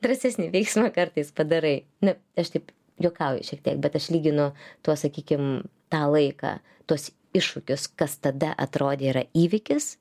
drąsesni veiksmai kartais padarai nu aš taip juokauju šiek tiek bet aš lyginu tuo sakykim tą laiką tuos iššūkius kas tada atrodė yra įvykis